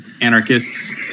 anarchists